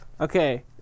Okay